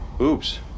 Oops